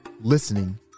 listening